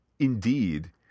Indeed